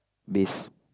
base